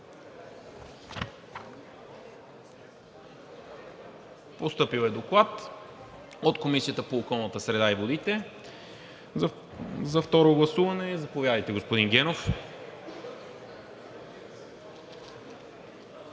Постъпил е Доклад от Комисията по околната среда и водите за второ гласуване. Заповядайте, господин Генов.